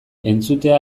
entzutea